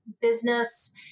business